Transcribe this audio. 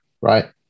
right